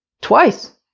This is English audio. twice